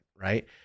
right